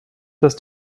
dass